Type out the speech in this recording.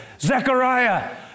Zechariah